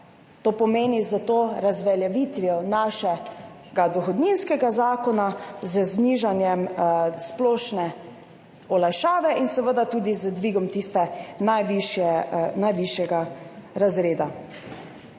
To pomeni s to razveljavitvijo našega dohodninskega zakona, z znižanjem splošne olajšave in seveda tudi z dvigom tistega najvišjega razreda.